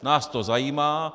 Nás to zajímá.